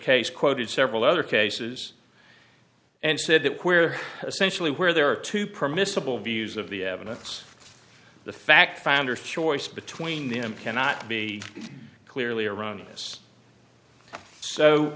case quoted several other cases and said that queer essentially where there are two permissible views of the evidence the fact finders choice between them cannot be clearly erroneous so